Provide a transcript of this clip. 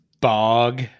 bog